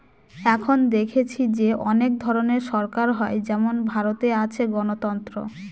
এখন দেখেছি যে অনেক ধরনের সরকার হয় যেমন ভারতে আছে গণতন্ত্র